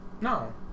No